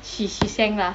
she she sang lah